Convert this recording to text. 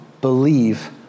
believe